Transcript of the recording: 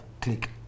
Click